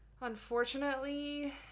Unfortunately